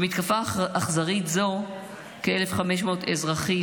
במתקפה אכזרית זו כ-1,500 אזרחים,